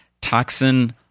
Toxin